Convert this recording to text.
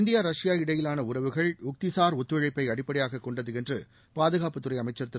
India Russia இடையிலான உறவுகள் உக்திசார் ஒத்துழைப்பை அடிப்படையாகக் கொண்டது என்று பாதுகாப்புத் துறை அமைச்சர் திரு